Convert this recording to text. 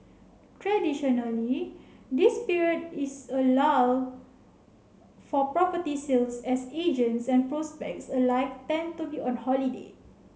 traditionally this period is a lull for property sales as agents and prospects alike tend to be on holiday